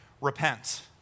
repent